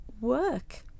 work